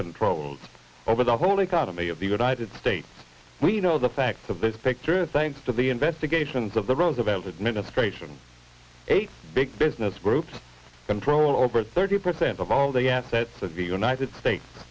control over the whole economy of the united states we know the facts of this picture thanks to the investigations of the roosevelt administration eight big business groups control over thirty percent of all the assets of the united states